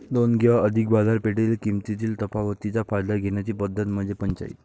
दोन किंवा अधिक बाजारपेठेतील किमतीतील तफावतीचा फायदा घेण्याची पद्धत म्हणजे पंचाईत